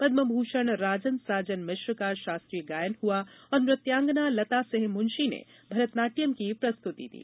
पद्भभूषण राजन साजन मिश्र का शास्त्रीय गायन हुआ और नृत्यांगना लतासिंह मुंशी ने भरतनाट्यम की प्रस्तुति दी